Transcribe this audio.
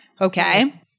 Okay